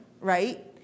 right